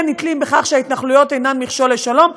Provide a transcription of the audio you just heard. כן נתלים בכך שההתנחלויות אינן מכשול לשלום,